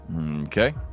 Okay